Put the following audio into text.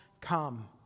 come